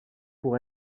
pour